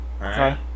Okay